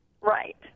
Right